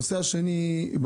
הנושא השני,